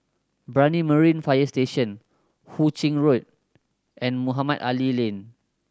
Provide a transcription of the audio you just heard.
Brani Marine Fire Station Hu Ching Road and Mohamed Ali Lane